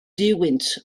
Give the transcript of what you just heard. duwynt